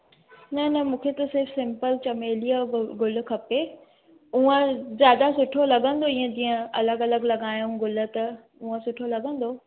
न न मूंखे त सिर्फ़ु सिम्पल चमेलीअ जो गुलु गुलु खपे उहं ज्यादा सुठो लॻंदो इएं जीअं अलॻि अलॻि लॻायऊं गुल त हूंअ सुठो लॻंदो